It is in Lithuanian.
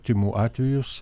tymų atvejus